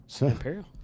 imperial